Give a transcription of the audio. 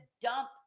dump